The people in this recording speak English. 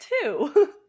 two